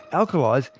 alkalis,